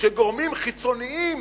שגורמים חיצוניים